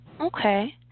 Okay